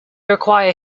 require